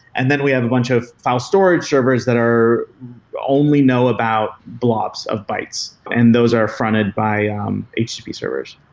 and then we have a bunch of file storage servers that are only know about blobs of bytes, and those are fronted by ah um http servers.